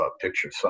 picture